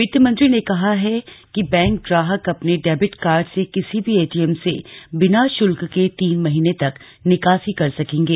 वित्त मंत्री ने कहा कि बैंक ग्राहक अपने डेबिट कार्ड से किसी भी एटीएम से बिना शुल्क के तीन महीने तक निकासी कर सकेंगे